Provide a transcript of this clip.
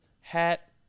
hat